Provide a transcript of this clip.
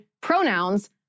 pronouns